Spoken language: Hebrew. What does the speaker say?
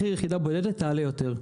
מחיר יחידה בודדת יעלה יותר,